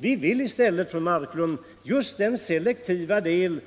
Vi vill i stället, fru Marklund, ge den selektiva del,